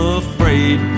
afraid